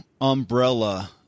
umbrella